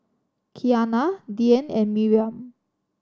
Kianna Dyan and Miriam